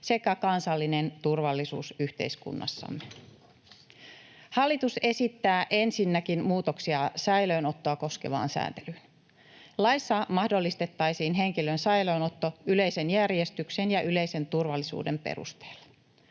sekä kansallinen turvallisuus yhteiskunnassamme. Hallitus esittää ensinnäkin muutoksia säilöönottoa koskevaan sääntelyyn. Laissa mahdollistettaisiin henkilön säilöönotto yleisen järjestyksen ja yleisen turvallisuuden perusteella.